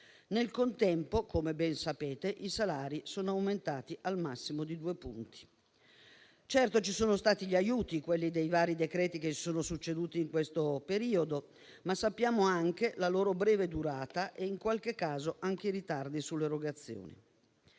Nel contempo, come ben sapete, i salari sono aumentati al massimo di due punti. Certo, ci sono stati gli aiuti, quelli dei vari decreti che si sono succeduti in questo periodo, ma conosciamo anche la loro breve durata e, in qualche caso, i ritardi nelle erogazioni.